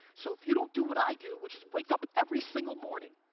so if you don't do what i do, which is wake up every single morning,